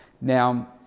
Now